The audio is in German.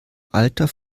alter